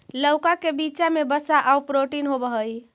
लउका के बीचा में वसा आउ प्रोटीन होब हई